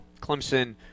Clemson